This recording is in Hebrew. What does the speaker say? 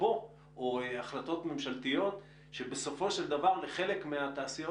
או החלטות ממשלתיות שבסופו של דבר לחלק מהתעשיות